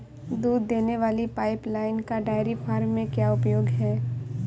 दूध देने वाली पाइपलाइन का डेयरी फार्म में क्या उपयोग है?